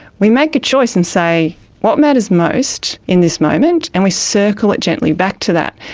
we make a choice and say what matters most in this moment and we circle it gently back to that,